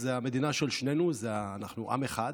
זאת המדינה של שנינו, אנחנו עם אחד.